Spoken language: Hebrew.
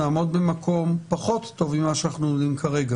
נעמוד במקום פחות טוב ממה שאנחנו עומדים כרגע